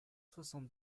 soixante